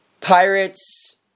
pirates